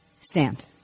stand